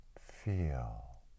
Feel